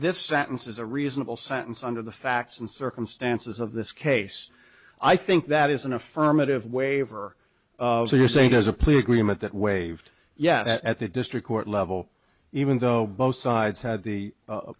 this sentence is a reasonable sentence under the facts and circumstances of this case i think that is an affirmative waiver so you're saying there's a plea agreement that waived yet at the district court level even though both sides had the